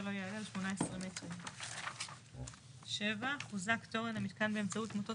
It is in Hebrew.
לא יעלה על 18 מטרים; (7) חוזק תורן המיתקן באמצעות מוטות